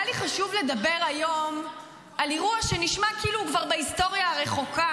היה לי חשוב לדבר היום על אירוע שנשמע כאילו הוא כבר בהיסטוריה הרחוקה,